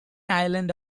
island